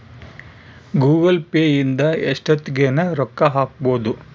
Google Pay ಇಂದ ಎಷ್ಟೋತ್ತಗನ ರೊಕ್ಕ ಹಕ್ಬೊದು